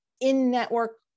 in-network